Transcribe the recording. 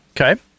Okay